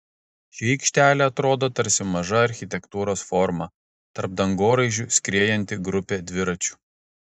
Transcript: ši aikštelė atrodo tarsi maža architektūros forma tarp dangoraižių skriejanti grupė dviračių